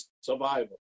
survival